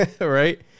Right